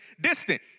distant